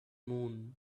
moon